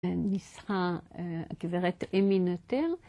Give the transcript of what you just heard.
ניסחה גברת אמי נטר